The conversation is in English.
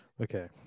okay